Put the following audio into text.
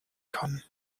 kann